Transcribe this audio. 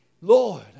Lord